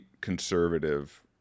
conservative